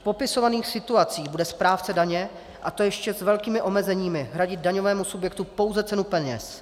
V popisovaných situacích bude správce daně, a to ještě s velkými omezeními, hradit daňovému subjektu pouze cenu peněz.